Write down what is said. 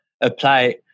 apply